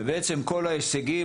ובעצם כל ההישגים,